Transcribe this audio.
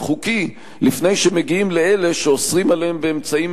חוקי לפני שמגיעים לאלה שאוסרים עליהם באמצעים